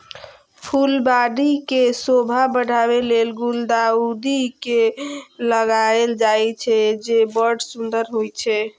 फुलबाड़ी के शोभा बढ़ाबै लेल गुलदाउदी के लगायल जाइ छै, जे बड़ सुंदर होइ छै